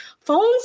phones